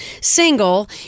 single